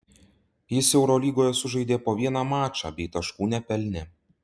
jis eurolygoje sužaidė po vieną mačą bei taškų nepelnė